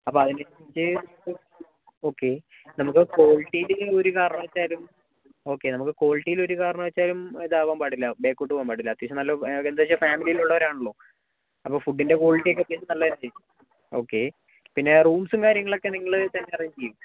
അപ്പം അതിനെക്കുറിച്ച് ഓക്കെ നമുക്ക് ക്വാളിറ്റിയിൽ ഒരു കാരണവശാലും ഓക്കെ നമുക്ക് ക്വാളിറ്റിയിൽ ഒരു കാരണവശാലും ഇതാവാൻ പാടില്ല ബാക്കിലോട്ട് പോകാൻ പാടില്ല അത്യാവശ്യം ഫാമിലിയിൽ ഉള്ളവരാണല്ലോ അപ്പോൾ ഫുഡിൻ്റെ ക്വാളിറ്റി ഒക്കെ അത്യാവശ്യം നല്ല ഓക്കെ പിന്നെ റൂംസും കാര്യങ്ങളൊക്കെ നിങ്ങൾ തന്നെ അറേഞ്ച് ചെയ്യില്ലേ